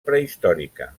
prehistòrica